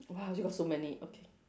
you got so many okay